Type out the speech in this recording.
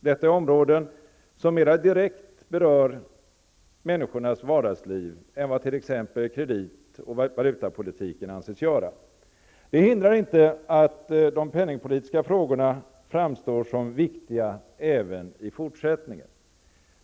Detta är områden som mera direkt berör människornas vardagsliv än vad t.ex. kreditoch valutapolitiken anses göra. Det hindrar inte att de penningpolitiska frågorna framstår som viktiga även i fortsättningen.